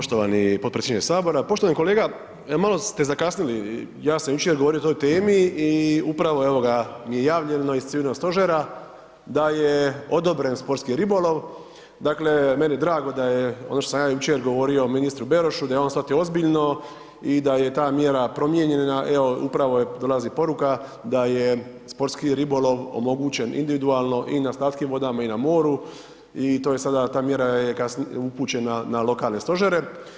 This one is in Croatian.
Poštovani potpredsjedniče sabora, poštovani kolega malo ste zakasnili ja sam jučer govorio o toj temi i upravo mi je javljeno iz civilnog stožera da je odobren sportski ribolov, dakle meni je drago da je ono što sam ja jučer govorio ministru Berošu da on je shvatio ozbiljno i da je ta mjera promijenjena, evo upravo dolazi poruka da je sportski ribolov omogućen individualno i na slatkim vodama i na moru i to je sada, ta mjera je upućena na lokalne stožere.